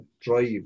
drive